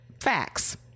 facts